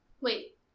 Wait